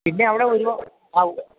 പിന്നെ അവിടെ ഒരു ആ